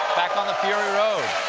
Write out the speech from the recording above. back on the fury road.